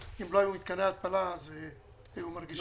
ואם לא היו מתקני התפלה, אז היו מרגישים את זה.